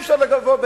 אי-אפשר לבוא,